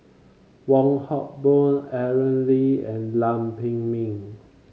Wong Hock Boon Aaron Lee and Lam Pin Min